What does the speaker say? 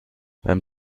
beim